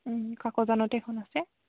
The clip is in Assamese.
কাকজানতে এখন আছে